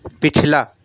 پچھلا